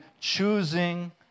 choosing